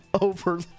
over